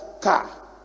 car